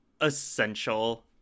essential